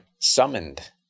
summoned